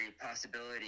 possibility